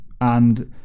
and-